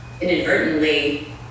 inadvertently